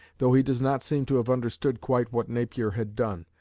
though he does not seem to have understood quite what napier had done,